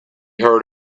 heard